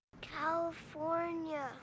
california